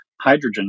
hydrogen